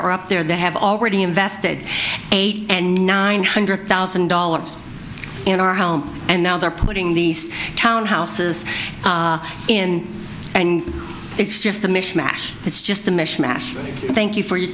are up there they have already invested eight and nine hundred thousand dollars in our home and now they're putting these townhouses in and it's just a mishmash it's just a mishmash thank you for your